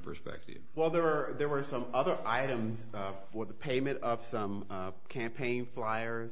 perspective while there are there were some other items for the payment of some campaign fliers